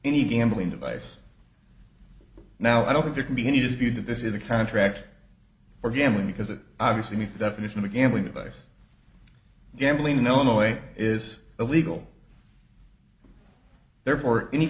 any gambling device now i don't think there can be any dispute that this is a contract for gambling because it obviously needs definition of a gambling device gambling in illinois is illegal therefore any